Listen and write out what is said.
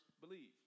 believe